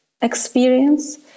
experience